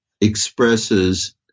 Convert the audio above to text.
expresses